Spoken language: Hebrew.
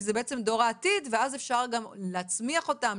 כי זה בעצם דור העתיד ואז אפשר גם להצמיח אותן,